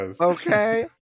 okay